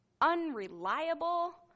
unreliable